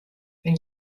wenn